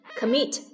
commit